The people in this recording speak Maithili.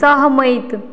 सहमति